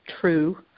true